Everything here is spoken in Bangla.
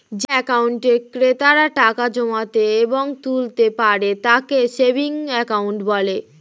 যে অ্যাকাউন্টে ক্রেতারা টাকা জমাতে এবং তুলতে পারে তাকে সেভিংস অ্যাকাউন্ট বলে